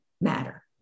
matter